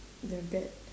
the bad